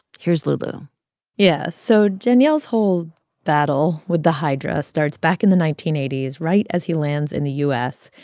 here's lulu yeah. so daniel's whole battle with the hydra starts back in the nineteen eighty s, right as he lands in the u s.